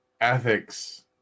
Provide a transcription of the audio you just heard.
Ethics